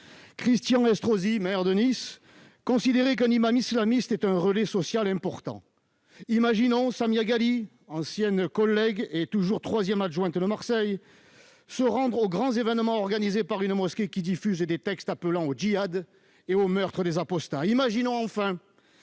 Christian Estrosi, maire de Nice, considérer qu'un imam islamiste est un relais social important. Imaginons Samia Ghali, ancienne collègue et toujours troisième adjointe à la mairie de Marseille, se rendre aux grands événements organisés par une mosquée qui diffuse des textes appelant au djihad et au meurtre des apostats.